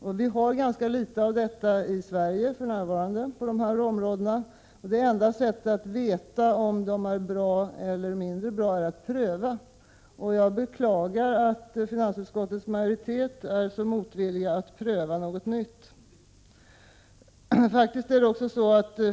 Vi har för närvarande ganska lite av detta i Sverige på dessa områden. Det enda sättet att få veta om det är bra eller mindre bra är att pröva. Jag beklagar att finansutskottets majoritet är så motvillig till att pröva något nytt.